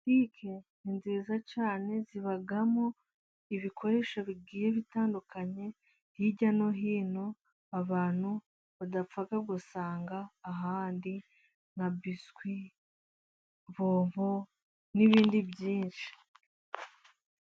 Botike ni nziza cyane, zibamo ibikoresho bigiye bitandukanye hirya no hino abantu badapfa gusanga ahandi. Nka biswi, bombo n'ibindi byinshi.